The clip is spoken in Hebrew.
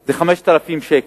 זה 5,000 שקל.